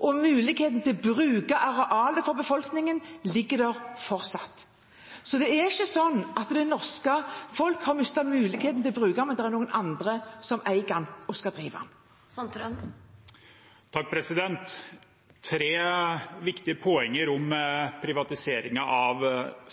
og muligheten for befolkningen til å bruke arealet ligger der fortsatt. Så det er ikke sånn at det norske folk har mistet muligheten til å bruke den, men det er noen andre som eier den og skal drive den. Tre viktige poenger om privatiseringen av